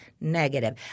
negative